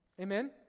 Amen